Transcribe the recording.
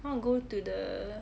wanna go to the